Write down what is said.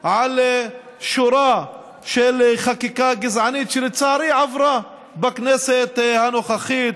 על שורה של חוקים גזעניים שלצערי עברו בכנסת הנוכחית,